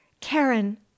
Karen